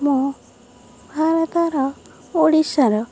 ମୁଁ ଭାରତର ଓଡ଼ିଶାର